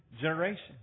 generation